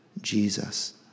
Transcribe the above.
Jesus